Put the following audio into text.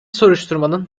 soruşturmanın